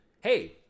hey